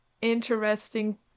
Interesting